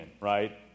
right